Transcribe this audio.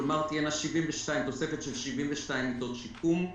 כלומר תהיה תוספת של 72 מיטות שיקום,